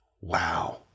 Wow